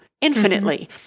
infinitely